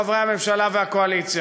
חברי הממשלה והקואליציה.